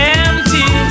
empty